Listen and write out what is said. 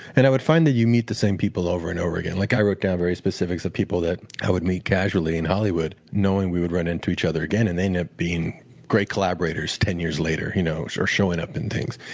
and i would find that you meet the same people over and over again. like i wrote down specifics of people i would meet casually in hollywood, knowing we would run into each other again. and they ended up being great collaborators ten years later, you know or showing up in things.